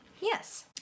Yes